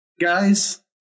guys